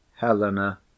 helena